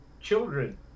children